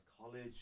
college